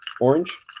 orange